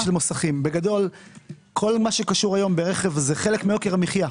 בגדול כל מה שקשור היום ברכב זה חלק מיוקר המחיר.